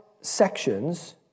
sections